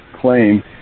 claim